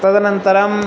तदनन्तरम्